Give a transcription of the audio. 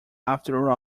after